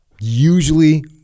usually